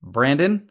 Brandon